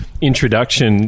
introduction